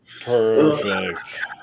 Perfect